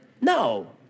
No